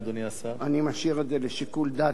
אני משאיר את זה לשיקול דעת המציע,